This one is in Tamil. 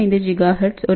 45 ஜிகாஹெர்ட்ஸ் 2